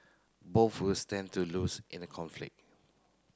both will stand to lose in a conflict